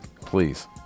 please